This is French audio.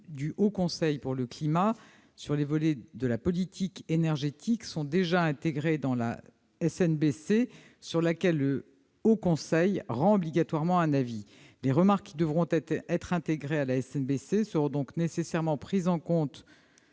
du Haut Conseil sur les volets de la politique énergétique sont déjà intégrées dans la SNBC, sur laquelle cette instance rend obligatoirement un avis. Les remarques qui devront être intégrées à la SNBC seront donc nécessairement prises en compte